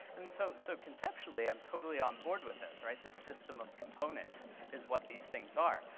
and so so conceptually i'm totally onboard with this, right? the system of components is what these things are.